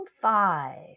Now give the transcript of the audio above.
five